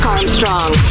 Armstrong